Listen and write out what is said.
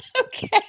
Okay